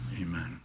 Amen